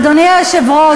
אדוני היושב-ראש,